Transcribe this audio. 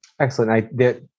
Excellent